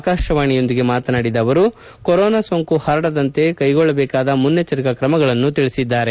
ಆಕಾಶವಾಣಿಯೊಂದಿಗೆ ಮಾತನಾಡಿದ ಅವರು ಕೊರೋನಾ ಸೋಂಕು ಪರಡದಂತೆ ಕೈಗೊಳ್ಳಬೇಕಾದ ಮುನ್ನೆಚ್ಚರಿಕಾಕ್ರಮಗಳನ್ನು ತಿಳಿಸಿದ್ದಾರೆ